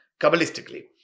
Kabbalistically